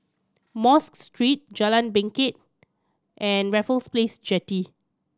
Mosque Street Jalan Bangket and Raffles Place Jetty